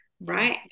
Right